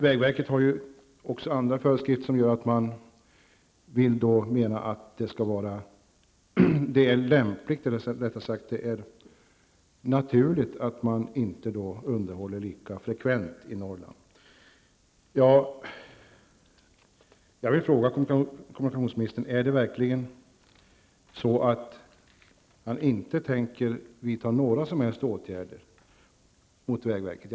Vägverket har också andra motiveringar för att det skulle vara naturligt att man inte underhåller lika frekvent i Jag vill fråga kommunikationsministern: Tänker man inte vidta några som helst åtgärder mot vägverket?